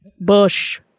Bush